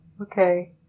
Okay